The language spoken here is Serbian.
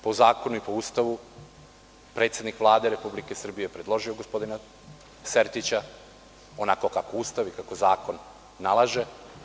Po zakonu i po Ustavu predsednik Vlade Republike Srbije je predložio gospodina Sertića onako kako Ustav i kako zakon nalaže.